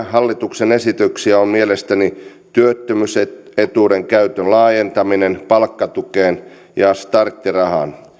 hallituksen esitys on mielestäni työttömyysetuuden käytön laajentaminen palkkatukeen ja starttirahaan